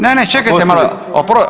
Ne, ne, čekajte malo.